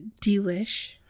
Delish